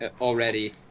already